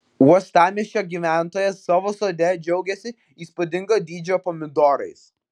uostamiesčio gyventojas savo sode džiaugiasi įspūdingo dydžio pomidorais